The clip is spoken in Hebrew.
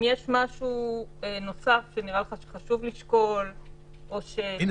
אם יש משהו נוסף שנראה לך שחשוב לשקול אותו --- הינה,